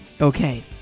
Okay